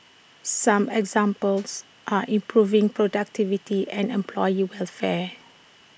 some examples are improving productivity and employee welfare